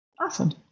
Awesome